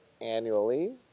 annually